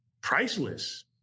priceless